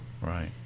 Right